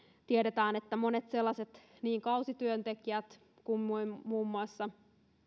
tiedetään että monet sellaiset niin kausityöntekijät kuin muun muassa